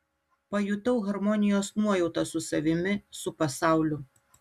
pajutau harmonijos nuojautą su savimi su pasauliu